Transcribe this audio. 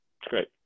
great